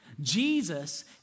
Jesus